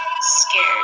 scared